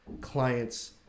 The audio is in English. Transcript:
clients